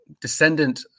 descendant